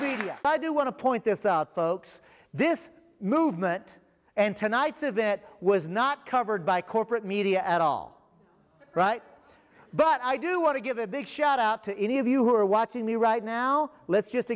but i do want to point this out folks this movement and tonight's of that was not covered by corporate media at all right but i do want to give a big shout out to any of you who are watching me right now let's just